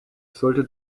sollte